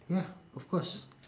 ya of course